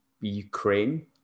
Ukraine